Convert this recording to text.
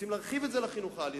רוצים להרחיב את זה לחינוך העל-יסודי,